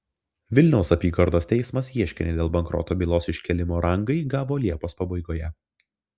vilniaus apygardos teismas ieškinį dėl bankroto bylos iškėlimo rangai gavo liepos pabaigoje